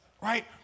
right